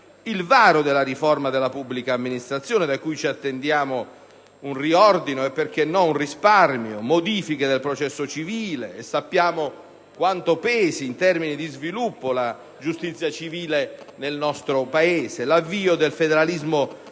il varo della riforma della pubblica amministrazione, da cui ci attendiamo un riordino e - perché no - un risparmio; le modifiche del processo civile, e sappiamo quanto pesi in termini di sviluppo la giustizia civile nel nostro Paese; l'avvio del federalismo fiscale;